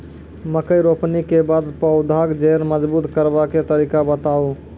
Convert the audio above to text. मकय रोपनी के बाद पौधाक जैर मजबूत करबा के तरीका बताऊ?